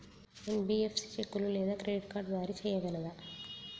NBFC చెక్కులు లేదా credit card జారీ చేయగలదా?